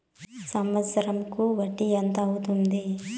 సంవత్సరం కు వడ్డీ ఎంత అవుతుంది?